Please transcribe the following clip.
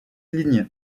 lignes